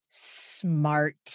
smart